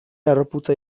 harroputza